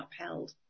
upheld